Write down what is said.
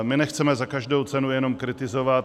My nechceme za každou cenu jenom kritizovat.